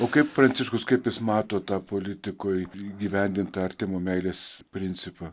o kaip pranciškus kaip jis mato tą politikoj įgyvendinti artimo meilės principą